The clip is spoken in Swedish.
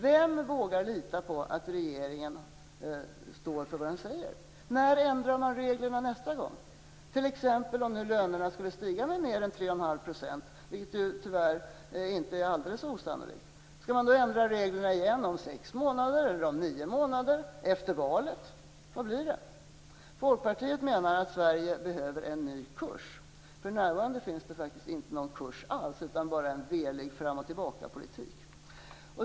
Vem vågar lita på att regeringen står för vad den säger? När ändras reglerna nästa gång? Skall man ändra reglerna igen om t.ex. lönerna skulle stiga mer än 3,5 %, vilket tyvärr inte är alldeles osannolikt? Skall man då ändra dem om sex månader, om nio månader eller efter valet? Hur blir det? Folkpartiet menar att Sverige behöver en ny kurs. För närvarande finns det inte någon kurs alls, utan bara en velig fram-och-tillbaka-politik.